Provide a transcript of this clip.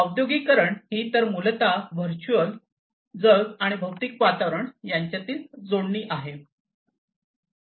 औद्योगिकीकरण तर ही मूलतः व्हर्चुअल जग आणि भौतिक वातावरण यांच्यातील जोडणी आहे